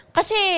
Kasi